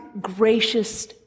gracious